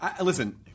listen